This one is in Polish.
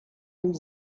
iść